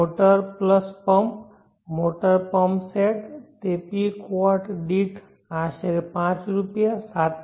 motor plus pump motor pump set તે peak watt દીઠ આશરે પાંચ રૂપિયા 7